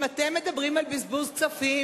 אם אתם מדברים על בזבוז כספים,